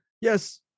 yes